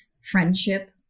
friendship